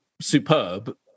superb